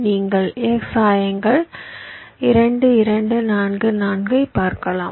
நீங்கள் x ஆயங்கள் 2 2 4 4 ஐப் பார்க்கலாம்